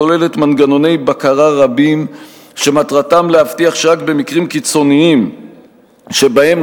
הכוללת מנגנוני בקרה רבים שמטרתם להבטיח שרק במקרים קיצוניים שבהם,